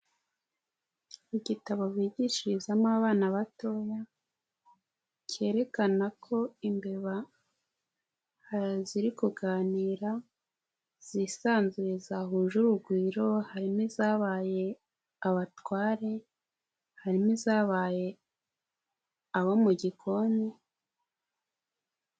Igitabo bigishirizamo abana batoya cyerekana ko imbeba ziri kuganira zisanzuye zahuje urugwiro, harimo izabaye abatware harimo izabaye abo mu gikoni...